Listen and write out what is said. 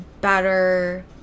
better